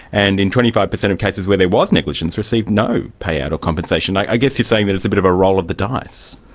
and in twenty five percent of cases where there was negligence, received no payout or compensation. i guess you're saying that it's a bit of a roll of the dice.